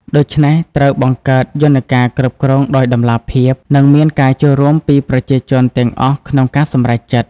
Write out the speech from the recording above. ដូច្នេះ ត្រូវបង្កើតយន្តការគ្រប់គ្រងដោយតម្លាភាព និងមានការចូលរួមពីប្រជាជនទាំងអស់ក្នុងការសម្រេចចិត្ត។